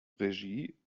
regie